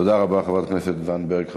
תודה רבה, חברת הכנסת זנדברג.